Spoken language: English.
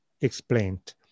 explained